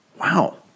wow